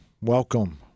Welcome